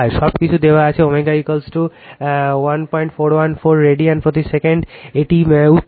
সবকিছু দেওয়া আছে ω1414 রেডিয়ান প্রতি সেকেন্ডে এটি উত্তর